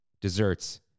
desserts